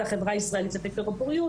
זה החברה הישראלית לחקר הפוריות,